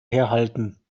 herhalten